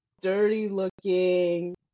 dirty-looking